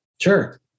Sure